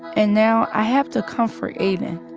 and now i have to comfort aiden.